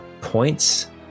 points